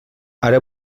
ara